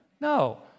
No